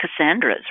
Cassandras